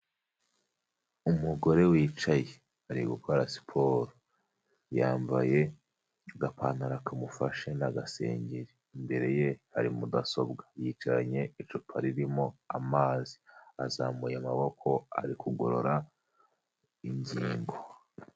Umugore wicaye ari gukora siporo, yambaye agapantaro kamufashe n'agasengeri, imbere ye hari mudasobwa yicaranye icupa ririmo amazi, azamuye amaboko ari kugorora ingingo.